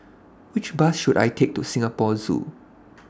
Which Bus should I Take to Singapore Zoo